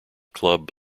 club